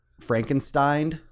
Frankenstein